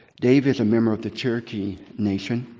dave is a member of the cherokee nation,